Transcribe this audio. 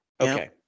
Okay